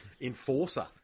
enforcer